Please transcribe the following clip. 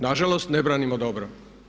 Nažalost ne branimo dobro.